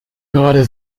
gerade